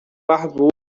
barbudo